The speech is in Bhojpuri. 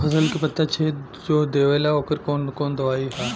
फसल के पत्ता छेद जो देवेला ओकर कवन दवाई ह?